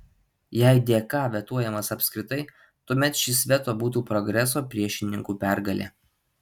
jei dk vetuojamas apskritai tuomet šis veto būtų progreso priešininkų pergalė